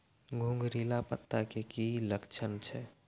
घुंगरीला पत्ता के की लक्छण छै?